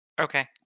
Okay